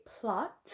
plot